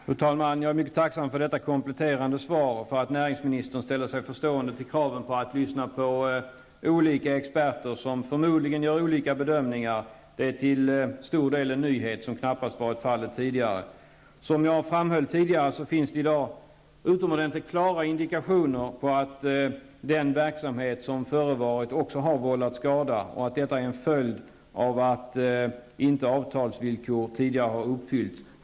Fru talman! Jag är mycket tacksam för detta kompletterande svar, att näringsministern ställer sig förstående till kraven på att lyssna till olika experter, som förmodligen gör olika bedömningar. Det är en nyhet, för så har knappast varit fallet tidigare. Som jag framhöll, finns det i dag utomordentligt klara indikationer på att den verksamhet som förevarit också har vållat skada och att detta är en följd av att avtalsvillkoren inte har uppfyllts.